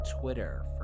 Twitter